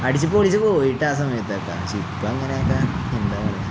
അടിച്ചുപൊളിച്ച് പോയി കേട്ടോ ആ സമയത്തൊക്കെ പക്ഷെ ഇപ്പോള് അങ്ങനെയൊക്കെ എന്താണ് പറയുക